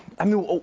um know